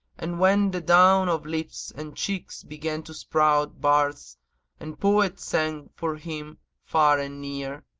and when the down of lips and cheeks began to sprout bards and poets sang for him far and near,